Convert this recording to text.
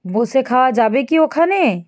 বসে খাওয়া যাবে কি ওখানে